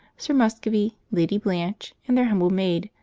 sir muscovy, lady blanche, and their humble maid,